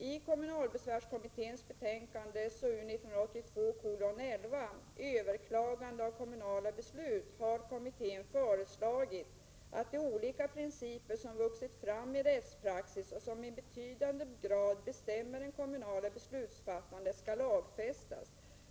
I kommunalbesvärskommitténs betänkande SOU 1982:11, Överklagande av kommunala beslut, har kommittén föreslagit att de olika principer som vuxit fram i rättspraxis och som i betydande grad bestämmer det kommunala beslutsfattandet skall lagfästas.